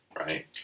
Right